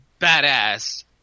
badass